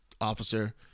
officer